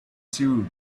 sewed